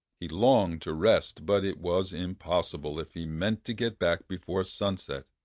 he longed to rest, but it was impossible if he meant to get back before sunset.